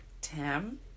tim